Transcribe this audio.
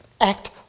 act